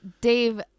Dave